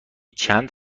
چند